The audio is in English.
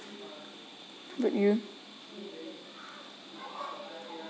but you